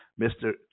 Mr